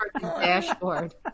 dashboard